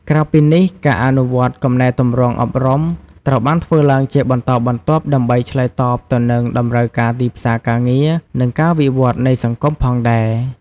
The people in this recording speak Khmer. ក្រៅពីនេះ ការអនុវត្តកំណែទម្រង់អប់រំ ត្រូវបានធ្វើឡើងជាបន្តបន្ទាប់ដើម្បីឆ្លើយតបទៅនឹងតម្រូវការទីផ្សារការងារ និងការវិវត្តន៍នៃសង្គមផងដែរ។